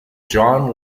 john